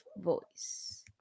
voice